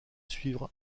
suivre